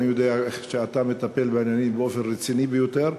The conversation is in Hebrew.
אני יודע איך אתה מטפל בעניינים באופן רציני ביותר.